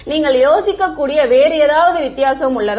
நீங்கள் யோசிக்கக்கூடிய வேறு ஏதாவது வித்தியாசம் உள்ளதா